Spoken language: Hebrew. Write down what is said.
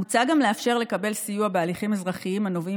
מוצע גם לאפשר לקבל סיוע בהליכים אזרחיים הנובעים